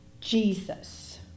Jesus